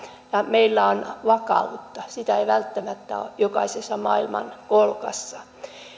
ja meillä on vakautta sitä ei välttämättä ole jokaisessa maailmankolkassa